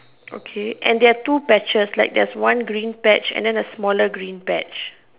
okay and there are two patches like there's one green patch and then a smaller green patch